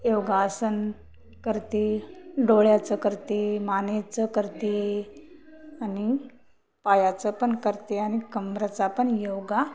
योगासन करते डोळ्याचं करते मानेचं करते आणि पायाचं पण करते आणि कमरेचा पण योगा